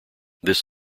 this